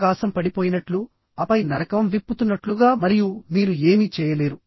ఆకాశం పడిపోయినట్లు ఆపై నరకం విప్పుతున్నట్లుగా మరియు మీరు ఏమీ చేయలేరు